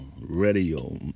radio